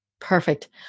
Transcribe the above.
Perfect